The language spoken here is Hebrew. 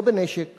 לא בנשק